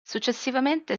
successivamente